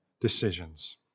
decisions